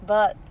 but